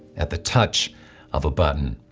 at the touch of a button.